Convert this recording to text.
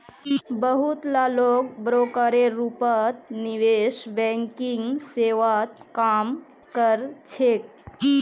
बहुत ला लोग ब्रोकरेर रूपत निवेश बैंकिंग सेवात काम कर छेक